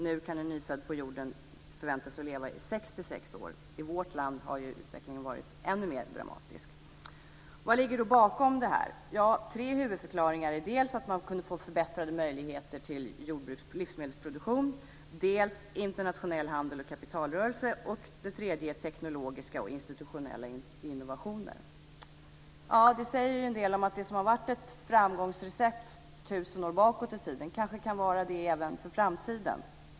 Nu kan en nyfödd på jorden förvänta sig att leva i 66 år. I vårt land har utvecklingen varit ännu mer dramatisk. Vad ligger bakom detta? Tre huvudförklaringar är att man fick förbättrade möjligheter till livsmedelsproduktion, internationell handel och kapitalrörelser och teknologiska och institutionella innovationer. Det säger en del. Det som har varit ett framgångsrecept 1 000 år bakåt i tiden kan kanske vara det även för framtiden.